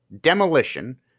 demolition